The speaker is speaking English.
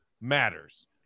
matters